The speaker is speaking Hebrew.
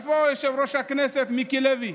איפה יושב-ראש הכנסת מיקי לוי?